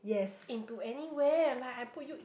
into anywhere like I put you in